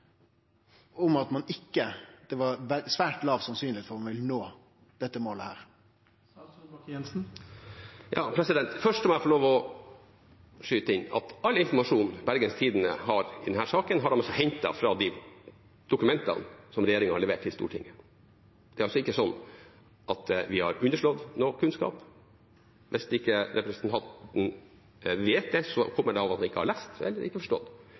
om at det var svært lite sannsynleg at ein ville nå dette målet. Først må jeg få lov til å skyte inn at all informasjon som Bergens Tidende har i denne saken, har de hentet fra de dokumentene som regjeringen har levert til Stortinget. Det er ikke slik at vi har underslått noe kunnskap. Hvis representanten ikke vet det, kommer det av at han ikke har lest eller ikke